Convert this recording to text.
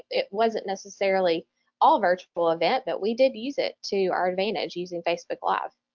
it wasn't necessarily all virtual event but we did use it to our advantage using facebook live.